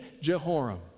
Jehoram